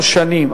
שנה.